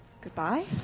Goodbye